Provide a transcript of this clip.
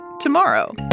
tomorrow